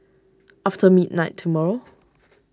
after midnight tomorrow